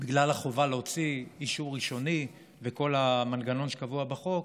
בגלל החובה להוציא אישור ראשוני וכל המנגנון שקבוע בחוק,